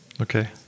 Okay